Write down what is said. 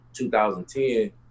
2010